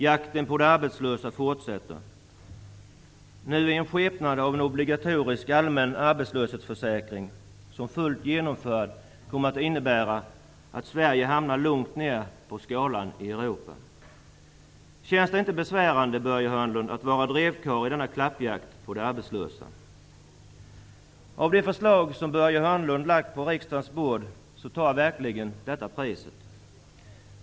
Jakten på de arbetslösa fortsätter, nu i skepnad av en obligatorisk allmän arbetslöshetsförsäkring, som fullt genomförd kommer att innebära att Sverige hamnar långt ner på skalan i Europa. Känns det inte besvärande, Börje Hörnlund, att vara drevkarl i denna klappjakt på de arbetslösa? Av alla de förslag som Börje Hörnlund lagt på riksdagens bord tar detta verkligen priset.